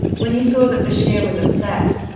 when he saw that bashir was upset,